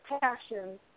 passion